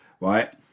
right